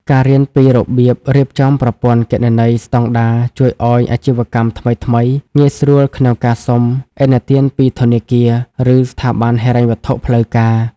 ការរៀនពី "របៀបរៀបចំប្រព័ន្ធគណនេយ្យស្ដង់ដារ" ជួយឱ្យអាជីវកម្មថ្មីៗងាយស្រួលក្នុងការសុំឥណទានពីធនាគារ ឬស្ថាប័នហិរញ្ញវត្ថុផ្លូវការ។